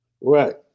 Right